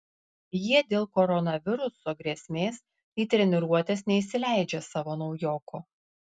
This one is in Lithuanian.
jie dėl koronaviruso grėsmės į treniruotes neįsileidžia savo naujoko